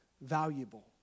valuable